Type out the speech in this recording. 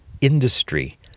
industry